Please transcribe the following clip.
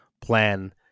plan